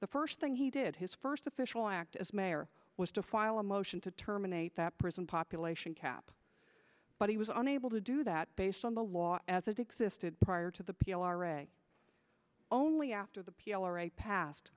the first thing he did his first official act as mayor was to file a motion to terminate that prison population cap but he was unable to do that based on the law as it existed prior to the p l r a only after the p